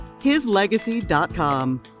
hislegacy.com